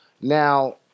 Now